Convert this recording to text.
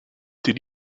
did